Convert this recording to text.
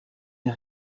est